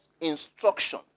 instruction